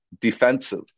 defensive